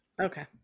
Okay